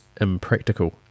impractical